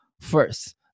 first